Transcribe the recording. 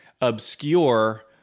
obscure